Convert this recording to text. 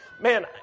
Man